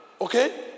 Okay